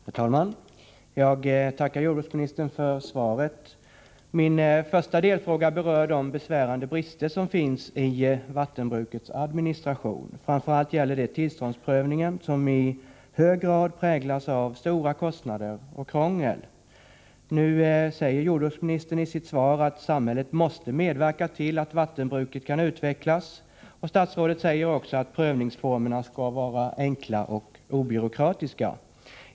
Herr talman! Jag tackar jordbruksministern för svaret. Min första delfråga berör de besvärande brister som finns i vattenbrukets administration. Framför allt gäller det tillståndsprövningen, som i hög grad präglas av stora kostnader och krångel. Nu säger jordbruksministern i sitt svar att samhället måste medverka till att vattenbruket kan utvecklas och att prövningsformerna skall vara enkla och obyråkratiska.